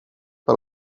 per